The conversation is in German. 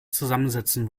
zusammensetzen